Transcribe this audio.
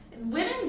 Women